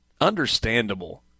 Understandable